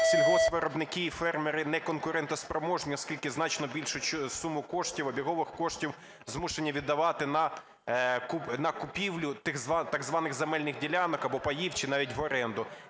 сільгоспвиробники і фермери неконкурентоспроможні, оскільки значно більшу суму коштів, обігових коштів, змушені віддавати на купівлю так званих земельних ділянок або паїв чи навіть в оренду.